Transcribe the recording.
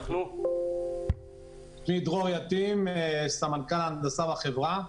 אני דרור יתים, סמנכ"ל הנדסה בחברה.